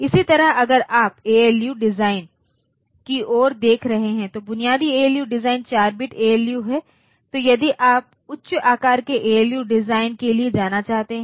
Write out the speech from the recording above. इसी तरह अगर आप एएलयू डिज़ाइन की ओर देख रहे हैं तो बुनियादी एएलयू डिज़ाइन 4 बिट एएलयू है तो यदि आप उच्च आकार के एएलयू डिज़ाइन के लिए जाना चाहते हैं